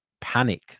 panic